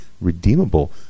redeemable